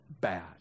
bad